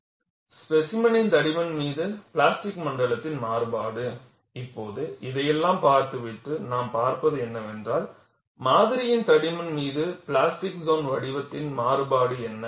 ஸ்பெசிமனின் தடிமன் மீது பிளாஸ்டிக் மண்டலத்தின் மாறுபாடு இப்போது இதையெல்லாம் பார்த்துவிட்டு நாம் பார்ப்பது என்னவென்றால் மாதிரியின் தடிமன் மீது பிளாஸ்டிக் சோன் வடிவத்தின் மாறுபாடு என்ன